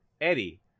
Eddie